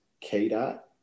K-Dot